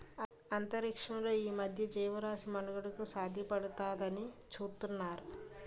అంతరిక్షంలో ఈ మధ్యన జీవరాశి మనుగడకు సాధ్యపడుతుందాని చూతున్నారు